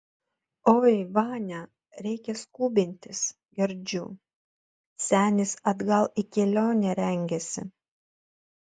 oi vania reikia skubintis girdžiu senis atgal į kelionę rengiasi